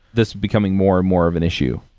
this becoming more and more of an issue.